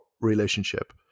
relationship